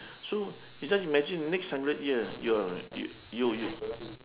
so you just imagine the next hundred year you're you you